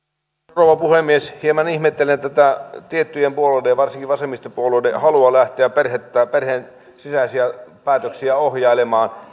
rouva puhemies hieman ihmettelen tätä tiettyjen puolueiden ja varsinkin vasemmistopuolueiden halua lähteä perheen sisäisiä päätöksiä ohjailemaan